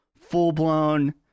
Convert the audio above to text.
full-blown